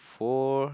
four